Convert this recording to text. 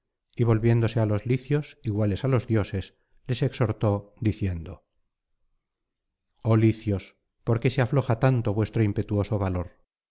y volviéndose á los licios iguales á los dioses les exhortó diciendo oh licios por qué se afloja tanto vuestro impetuoso valor